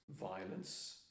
violence